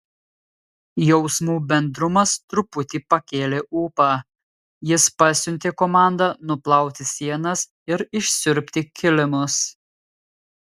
jausmų bendrumas truputį pakėlė ūpą jis pasiuntė komandą nuplauti sienas ir išsiurbti kilimus